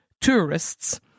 tourists